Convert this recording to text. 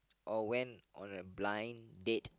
or went on a blind date